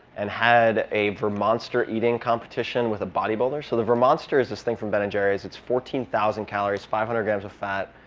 and had a vermonster-eating competition with a bodybuilder. so the vermonster is this thing from ben and jerry's. it's fourteen thousand calories, five hundred grams of fat,